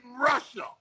Russia